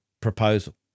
proposal